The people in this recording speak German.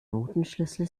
notenschlüssel